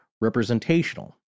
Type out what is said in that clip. representational